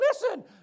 listen